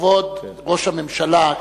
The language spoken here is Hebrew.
כבוד ראש הממשלה,